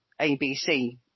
ABC